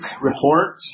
report